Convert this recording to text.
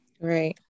right